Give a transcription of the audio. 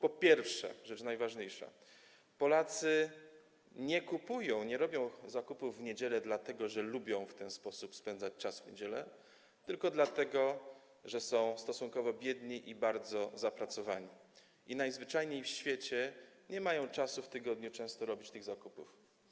Po pierwsze, rzecz najważniejsza, Polacy nie kupują, nie robią zakupów w niedzielę, dlatego że lubią w ten sposób spędzać czas w niedzielę, tylko dlatego że są stosunkowo biedni i bardzo zapracowani i najzwyczajniej w świecie nie mają czasu w tygodniu często robić tych zakupów.